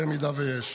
במידה שיש.